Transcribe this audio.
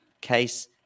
case